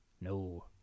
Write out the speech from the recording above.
No